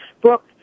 Brooke